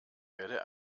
werde